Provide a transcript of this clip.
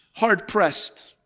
hard-pressed